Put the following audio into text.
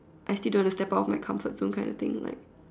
I still don't want to step out of my comfort zone kind of thing like